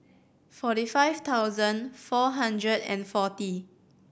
forty five thousand four hundred and forty